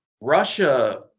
Russia